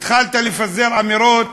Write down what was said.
התחלת לפזר אמירות